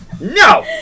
no